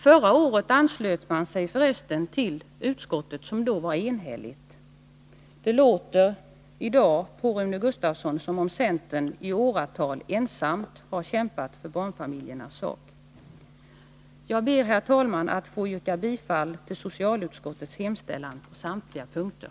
Förra året anslöt sig för resten centerpartisterna till utskottets yttrande som då var enhälligt. Det låter i dag på Rune Gustavsson som om centern i åratal ensam har kämpat för barnfamiljernas sak. Jag ber, herr talman, att få yrka bifall till socialutskottets hemställan på samtliga punkter.